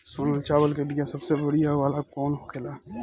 सोनम चावल के बीया सबसे बढ़िया वाला कौन होखेला?